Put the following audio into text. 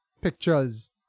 pictures